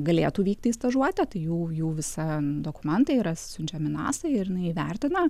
galėtų vykti į stažuotę tai jų jų visa dokumentai yra siunčiami nasai ir jinai įvertina